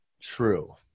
true